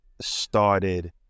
started